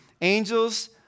Angels